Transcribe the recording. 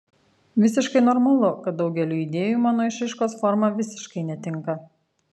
visiškai normalu kad daugeliui idėjų mano išraiškos forma visiškai netinka